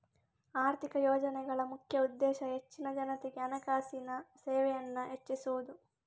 ಆರ್ಥಿಕ ಯೋಜನೆಗಳ ಮುಖ್ಯ ಉದ್ದೇಶ ಹೆಚ್ಚಿನ ಜನತೆಗೆ ಹಣಕಾಸಿನ ಸೇವೆಯನ್ನ ಹೆಚ್ಚಿಸುದು